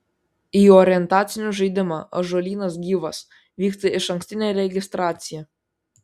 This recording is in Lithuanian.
į orientacinio žaidimą ąžuolynas gyvas vyksta išankstinė registracija